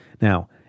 Now